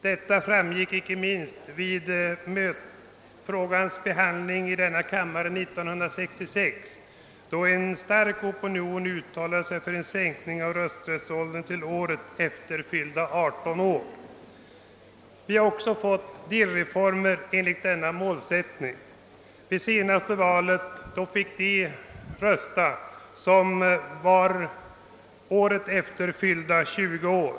Detta framkom inte minst när frågan behandlades år 1966, då en stark opinion uttalade sig för en sänkning av rösträttsåldern till året efter fyllda 18 år. Riksdagen har också fattat beslut om delreformer i enlighet med denna målsättning. Vid det senaste valet fick de personer rösta som året dessförinnan hade fyllt 20 år.